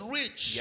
rich